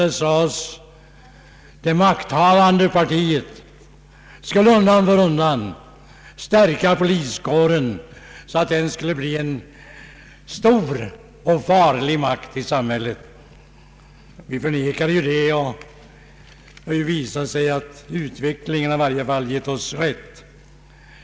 Man sade att det makthavande partiet undan för undan skulle stärka poliskåren så att den skulle bli en stor och farlig makt i samhället. Vi förnekade detta, och det visar sig att utvecklingen i varje fall har gett oss rätt.